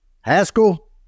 Haskell